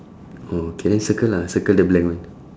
oh K then circle ah circle the blank one